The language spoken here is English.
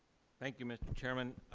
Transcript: thank you, mr. chairman.